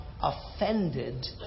offended